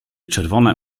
czerwone